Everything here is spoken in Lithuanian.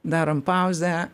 darom pauzę